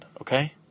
okay